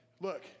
Look